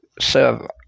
server